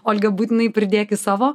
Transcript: olga būtinai pridėk į savo